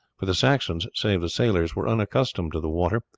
for the saxons, save the sailors, were unaccustomed to the water,